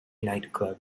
nightclub